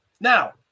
Now